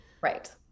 Right